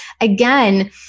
again